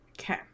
Okay